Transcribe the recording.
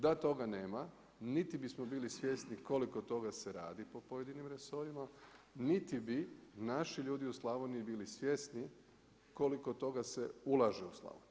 Da toga nema, niti bismo bili svjesni koliko toga se radi po pojedinim resorima, niti bi naši ljudi u Slavoniji bili svjesni koliko toga se ulaže u Slavoniju.